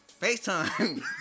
FaceTime